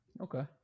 Okay